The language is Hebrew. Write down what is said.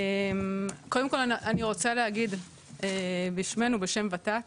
קודם כל אני רוצה להגיד בשמנו ובשם ות"ת,